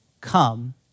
come